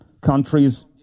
countries